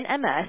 MS